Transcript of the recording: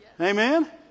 Amen